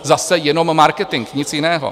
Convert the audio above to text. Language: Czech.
Zase jenom marketing, nic jiného.